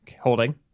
Holding